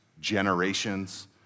generations